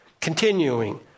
Continuing